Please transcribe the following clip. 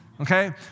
Okay